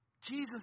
Jesus